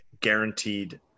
guaranteed